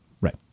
Right